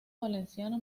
valenciano